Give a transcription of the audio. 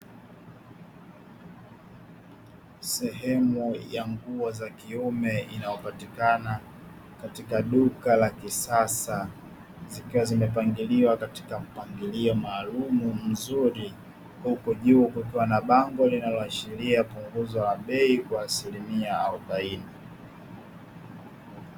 Sehemu ya nguo za kiume inayopatikana katika duka la kisasa, zikiwa zimepangiliwa katika mpangilio maalumu mzuri, huku juu kukiwa na bango linaloashiria punguzo la bei kwa asilimia arobaini.